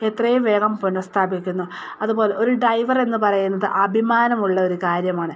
എത്രയും വേഗം പുനഃസ്ഥാപിക്കുന്നു അതുപോലെ ഒരു ഡൈവർ എന്നു പറയുന്നത് അഭിമാനമുള്ള ഒരു കാര്യമാണ്